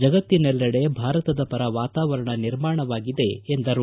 ಜಗತ್ತಿನೆಲ್ಲೆಡೆ ಭಾರತದ ಪರ ವಾತಾವರಣ ನಿರ್ಮಾಣವಾಗಿದೆ ಎಂದರು